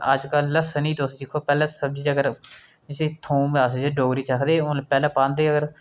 अजकल लह्सन ई तुस दिक्खो पैह्लें सब्जी जेकर जिसी थूम आखदे डोगरी च आखदे हून पैह्लें पांदे होर